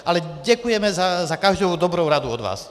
Ale děkujeme za každou dobrou radu od vás.